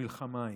במלחמה ההיא,